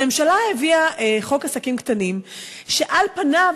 הממשלה הביאה חוק עסקים קטנים שעל פניו